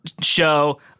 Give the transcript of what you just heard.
show